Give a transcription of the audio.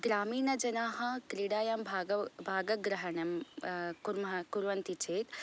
ग्रामीणजनाः क्रीडायां भाग भागग्रहणं कुर्मः कुर्वन्ति चेत्